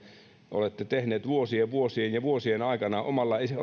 olette tehneet vuosien vuosien ja vuosien aikana omalla